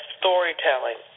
storytelling